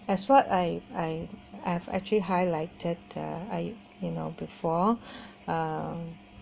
as what I I I've actually highlighted the I you know before uh